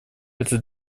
это